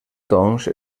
doncs